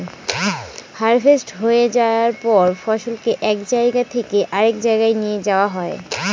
harvest হয়ে যায়ার পর ফসলকে এক জায়গা থেকে আরেক জাগায় নিয়ে যাওয়া হয়